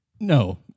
No